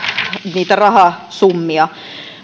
niitä rahasummia